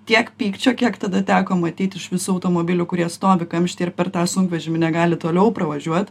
tiek pykčio kiek tada teko matyti iš visų automobilių kurie stovi kamštyje ir per tą sunkvežimį negali toliau pravažiuot